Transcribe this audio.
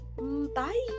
bye